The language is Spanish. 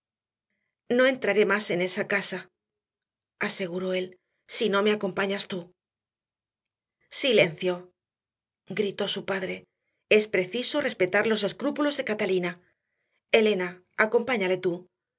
no entraré más en esa casa aseguró él si no me acompañas tú silencio gritó su padre es preciso respetar los escrúpulos de catalina elena acompáñale tú